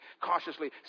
cautiously